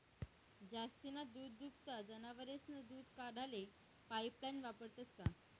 जास्तीना दूधदुभता जनावरेस्नं दूध काढाले पाइपलाइन वापरतंस का?